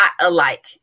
alike